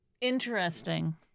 Interesting